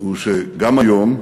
הוא שגם היום,